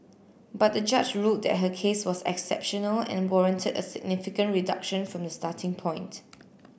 but the judge ruled that her case was exceptional and warranted a significant reduction from the starting point